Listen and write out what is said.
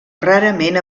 rarament